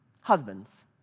Husbands